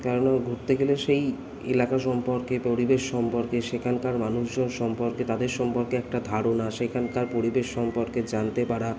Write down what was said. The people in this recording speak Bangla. কারণ আমার ঘুরতে গেলে সেই এলাকা সম্পর্কে পরিবেশ সম্পর্কে সেখানকার মানুষজন সম্পর্কে তাদের সম্পর্কে একটা ধারণা সেইখানকার পরিবেশ সম্পর্কে জানতে পারা